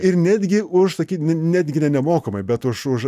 ir netgi užsakyti netgi ne nemokamai bet už už